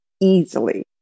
easily